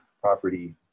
property